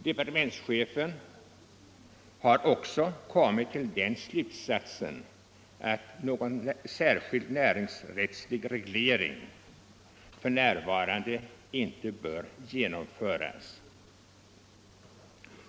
Departementschefen har också kommit till den slutsatsen att någon särskild näringsrättslig reglering f.n. inte bör genomföras.